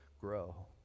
grow